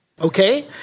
okay